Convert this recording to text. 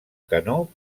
canó